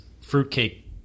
fruitcake